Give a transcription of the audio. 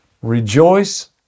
Rejoice